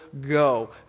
go